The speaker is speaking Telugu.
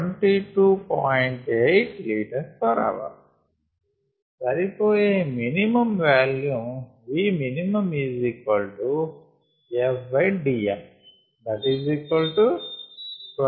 8 l h 1 సరిపోయే మినిమమ్ వాల్యూమ్ VminFDm22